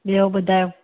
ॿियो बुधायो